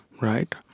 right